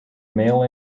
mail